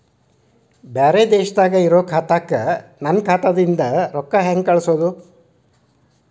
ಬ್ಯಾರೆ ದೇಶದಾಗ ಇರೋ ಖಾತಾಕ್ಕ ನನ್ನ ಖಾತಾದಿಂದ ರೊಕ್ಕ ಹೆಂಗ್ ಕಳಸೋದು?